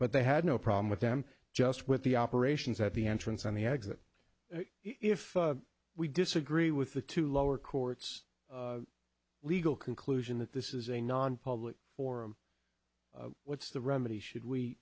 but they had no problem with them just with the operations at the entrance on the exit if we disagree with the two lower courts legal conclusion that this is a nonpublic forum what's the remedy should we